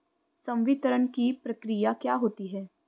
संवितरण की प्रक्रिया क्या होती है?